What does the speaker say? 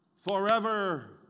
Forever